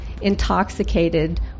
intoxicated